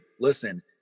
listen